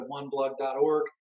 oneblog.org